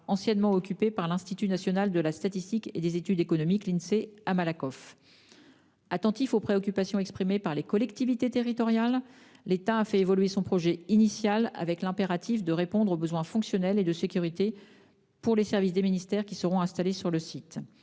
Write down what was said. anciennement occupé par l'Institut national de la statistique et des études économiques à Malakoff. Attentif aux préoccupations exprimées par les collectivités territoriales, l'État a fait évoluer son projet initial, sans toutefois occulter les besoins fonctionnels et de sécurité des services des ministères qui seront installés sur le site.